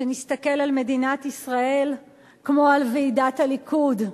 שנסתכל על מדינת ישראל כמו על ועידת הליכוד.